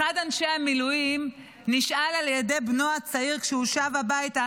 אחד מאנשי המילואים נשאל על ידי בנו הצעיר כשהוא שב הביתה: